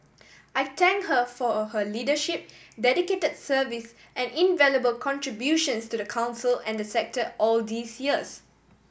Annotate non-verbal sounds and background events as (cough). I thank her for (hesitation) her leadership dedicate service and invaluable contributions to the Council and the sector all these years